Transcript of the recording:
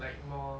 like more